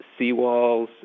seawalls